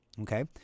Okay